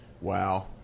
Wow